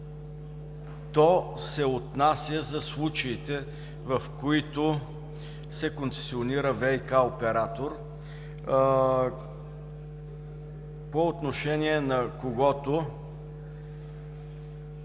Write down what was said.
То се отнася за случаите, в които се концесионира ВиК оператор, по отношение на когото